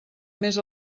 més